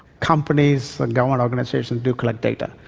companies and government organisations do collect data.